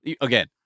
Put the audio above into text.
Again